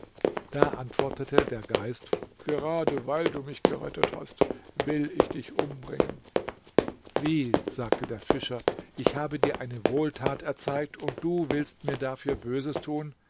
da antwortete der geist gerade weil du mich gerettet hast will ich dich umbringen wie sagte der fischer ich habe dir eine wohltat erzeigt und du willst mir dafür böses tun